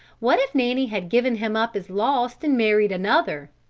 what if nanny had given him up as lost and married another?